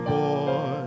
boy